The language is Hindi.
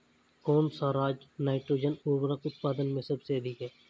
कौन सा राज नाइट्रोजन उर्वरक उत्पादन में सबसे अधिक है?